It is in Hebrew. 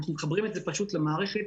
אנחנו מחברים את זה פשוט למערכת